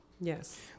Yes